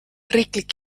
riiklik